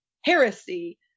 heresy